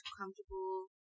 comfortable